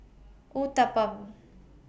Uthapam